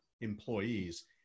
employees